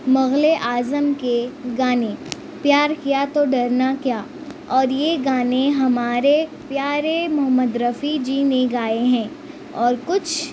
مغل اعظم کے گانے پیار کیا تو ڈرنا کیا اور یہ گانے ہمارے پیارے محمد رفیع جی نے گائے ہیں اور کچھ